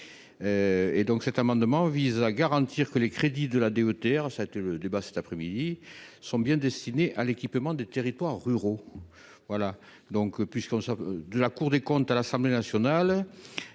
et donc, cet amendement vise à garantir que les crédits de la DETR, ça tue le débat cet après-midi sont bien destinés à l'équipement des territoires ruraux, voilà donc puisqu'on sort de la Cour des comptes à l'Assemblée nationale